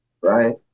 right